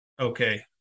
okay